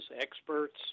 experts